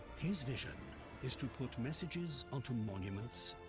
his vision is to put messages onto monuments,